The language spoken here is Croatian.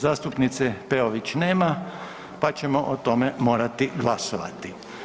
Zastupnice Peović nema pa ćemo o tome morati glasovati.